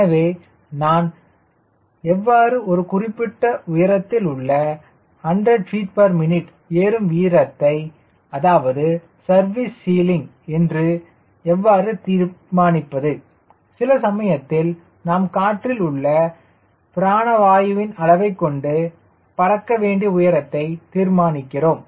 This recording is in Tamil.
எனவே நான் எவ்வாறு ஒரு குறிப்பிட்ட உயரத்தில் உள்ள 100 ftmin ஏறும் வீதத்தை அதாவது சர்வீஸ் சீலிங் என்று எவ்வாறு தீர்மானிப்பது சில சமயத்தில் நாம் காற்றில் உள்ள பிராணவாயுவின் அளவைக் கொண்டு பறக்க வேண்டிய உயரத்தை தீர்மானிக்கிறோம்